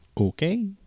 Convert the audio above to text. Okay